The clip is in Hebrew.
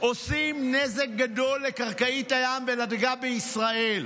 עושות נזק גדול לקרקעית הים ולדגה בישראל.